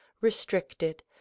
restricted